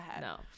No